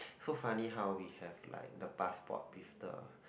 so funny how we have like the passport with the